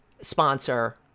sponsor